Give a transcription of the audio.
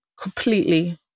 completely